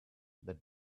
that